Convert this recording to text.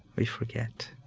we forget.